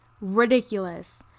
ridiculous